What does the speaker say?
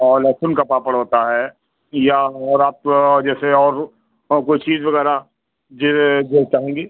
और लहसुन का पापड़ होता है या और आपका जैसे और हो और कोई चीज़ वग़ैरह ये जो चाहेंगी